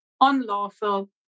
unlawful